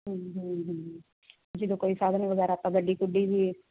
ਹਮ ਹਮ ਜਦੋਂ ਕੋਈ ਸਾਧਨ ਵਗੈਰਾ ਆਪਾਂ ਗੱਡੀ ਗੁੱਡੀ ਵੀ